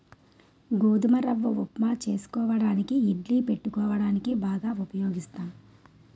గోధుమ రవ్వ ఉప్మా చేసుకోవడానికి ఇడ్లీ పెట్టుకోవడానికి బాగా ఉపయోగిస్తాం